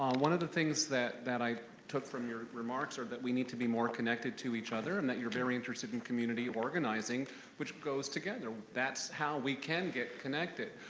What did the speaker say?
um one of the things that that i took from your remarks are that we need to be more connected to each other and that you're very interested in community organizing which goes together. that's how we can get connected.